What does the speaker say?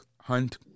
Hunt